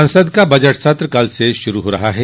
संसद का बजट सत्र कल से शुरू हो रहा है